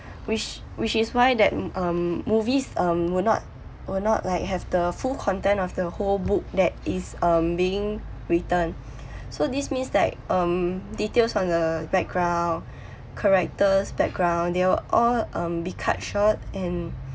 which which is why that um movies um will not will not like have the full content of the whole book that is um being written so this means that um details on the background characters background they will all um be cut short and